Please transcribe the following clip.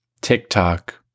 TikTok